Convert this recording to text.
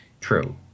True